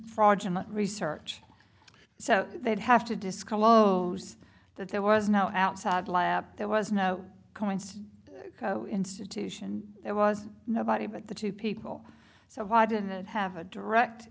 fraudulent research so they'd have to disclose that there was no outside lab there was no comments institution there was nobody but the two people so why didn't they have a direct